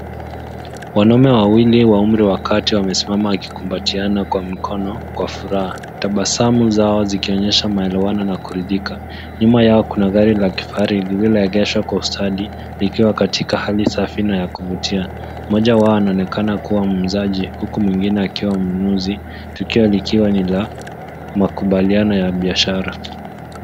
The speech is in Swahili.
Wanaume wawili wa umri wa kati wamesimama wakikumbatina kwa mikono kwa furaha. Tabasamu zao zikionyesha maelewano na kuridhika. Nyuma yao kuna gari la kifahari lililoegeshwa kwa ustadi na ikiwa katika hali safi na ya kuvutia. Mmoja wao anaonekana kuwa muuzaji, huku mwingine akiwa mnunuzi. Tukio likiwa ni la makubaliano ya biashara.